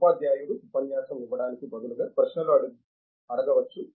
ఉపాధ్యాయుడు ఉపన్యాసం ఇవ్వడానికి బదులుగా ప్రశ్నలు అడగవచ్చు